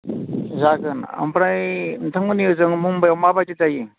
जागोन ओमफ्राय नोंथांमोननि हजों मुम्बाइआव माबायदि जायो